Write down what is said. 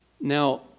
Now